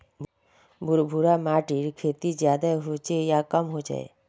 भुर भुरा माटिर खेती ज्यादा होचे या कम होचए?